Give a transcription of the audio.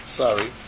sorry